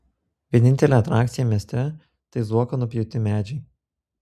vienintelė atrakcija mieste tai zuoko nupjauti medžiai